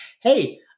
hey